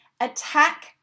Attack